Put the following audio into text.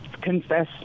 confess